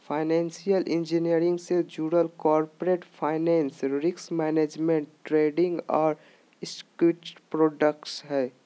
financial engineering से जुडल corporate finance, risk management, trading और स्ट्रक्चर्ड प्रॉडक्ट्स हय